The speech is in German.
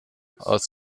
aus